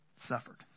suffered